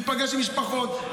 להיפגש עם משפחות,